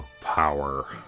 power